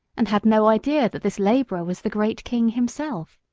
and had no idea that this labourer was the great king himself.